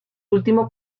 último